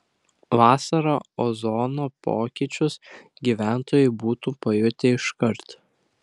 vasarą ozono pokyčius gyventojai būtų pajutę iškart